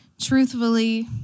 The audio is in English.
Truthfully